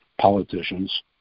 politicians